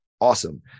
Awesome